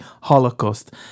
Holocaust